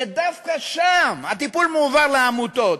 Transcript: שדווקא שם הטיפול מועבר לעמותות.